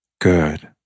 Good